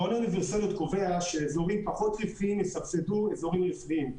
עיקרון האוניברסליות קובע שאזורים פחות רווחיים יסבסדו אזורים רווחיים.